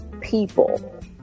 people